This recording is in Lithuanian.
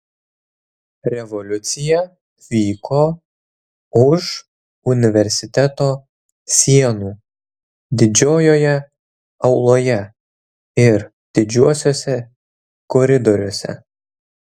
revoliucija vyko už universiteto sienų didžiojoje auloje ir didžiuosiuose koridoriuose